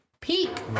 peak